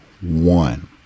One